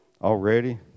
already